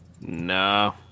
No